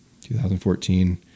2014